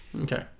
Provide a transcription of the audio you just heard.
Okay